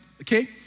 okay